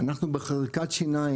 אנחנו בחריקת שיניים,